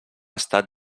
estat